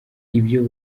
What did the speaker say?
ibyo